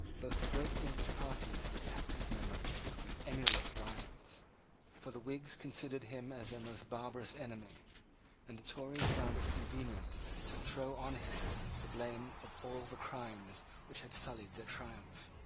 both the great english parties have attacked his memory with emulous violence for the whigs considered him as their most barbarous enemy and the tories found it convenient to throw on him the blame of all the crimes which had sullied their triumph.